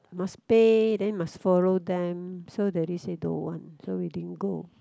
must pay then must follow them so daddy say don't want so we didn't go